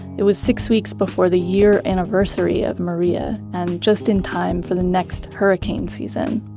it was six weeks before the year anniversary of maria, and just in time for the next hurricane season.